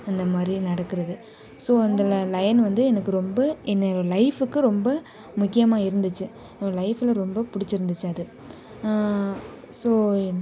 அந்தமாதிரி நடக்கிறது ஸோ அந்த லைன் வந்து எனக்கு ரொம்ப என்னோட லைஃப்புக்கு ரொம்ப முக்கியமாக இருந்துச்சு ஒரு லைஃப்பில் ரொம்ப பிடிச்சிருந்துச்சு அது ஸோ